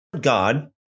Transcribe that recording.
God